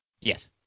Yes